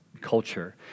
culture